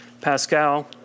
Pascal